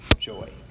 joy